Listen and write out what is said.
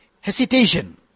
hesitation